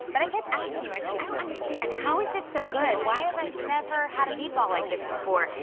but i kept asking you, i said, i don't understand, how is it so good, why have i never had a meatball like this before?